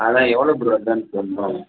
அதுதான் எவ்வளோ bro advance தரணும்